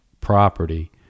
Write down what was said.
property